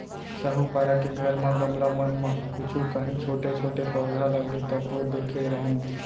साहूपारा के घर म गमला मन म कुछु कॉंहीछोटे छोटे पउधा लगे तको देखे रेहेंव